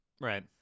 Right